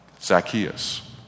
Zacchaeus